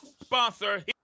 Sponsor